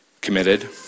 committed